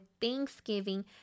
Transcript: thanksgiving